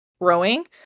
growing